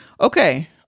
Okay